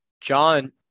John